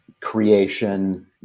creation